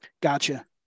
gotcha